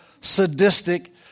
sadistic